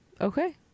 Okay